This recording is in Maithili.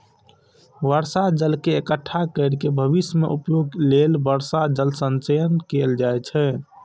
बर्षा जल के इकट्ठा कैर के भविष्य मे उपयोग लेल वर्षा जल संचयन कैल जाइ छै